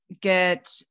get